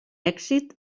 èxit